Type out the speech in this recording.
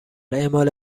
اعمال